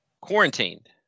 quarantined